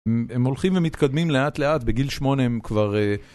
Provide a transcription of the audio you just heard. הם הולכים ומתקדמים לאט לאט, בגיל שמונה הם כבר...